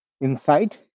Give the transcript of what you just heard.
inside